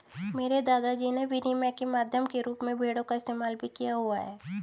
मेरे दादा जी ने विनिमय के माध्यम के रूप में भेड़ों का इस्तेमाल भी किया हुआ है